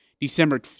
December